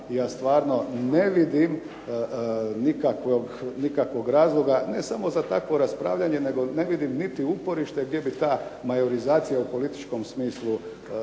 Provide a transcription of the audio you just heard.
ja stvarno ne vidim nikakvog razloga, ne samo za takvo raspravljanje nego ne vidim niti uporište gdje bi ta majorizacija u političkom smislu na